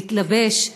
להתלבש,